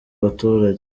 abaturage